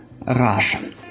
Russia